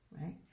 right